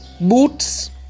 boots